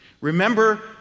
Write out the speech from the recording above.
Remember